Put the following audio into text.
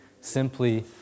simply